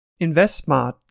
InvestSmart